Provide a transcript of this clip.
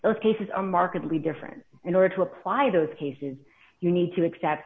those cases a markedly different in order to apply those cases you need to accept